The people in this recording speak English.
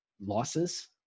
losses